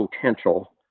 potential